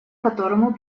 которому